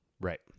right